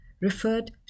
referred